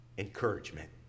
Encouragement